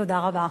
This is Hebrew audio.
תודה רבה.